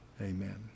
Amen